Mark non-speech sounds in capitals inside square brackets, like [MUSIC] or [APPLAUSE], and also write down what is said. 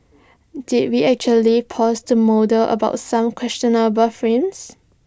did we actually pause to [UNINTELLIGIBLE] about some questionable frames